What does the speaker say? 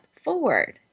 forward